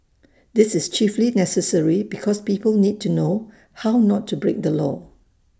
this is chiefly necessary because people need to know how not to break the law